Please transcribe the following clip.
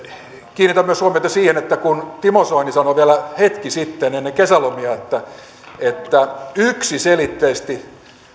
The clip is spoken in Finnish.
kiinnitän myös huomiota siihen että vaikka timo soini sanoi vielä hetki sitten ennen kesälomia että että yksiselitteisesti